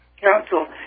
Council